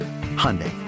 Hyundai